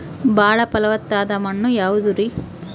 ಬಾಳ ಫಲವತ್ತಾದ ಮಣ್ಣು ಯಾವುದರಿ?